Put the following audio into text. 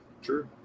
Sure